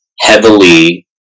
heavily